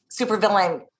supervillain